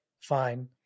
fine